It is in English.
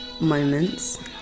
moments